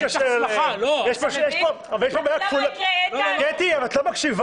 בקשה מרשויות מקומיות